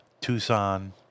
Tucson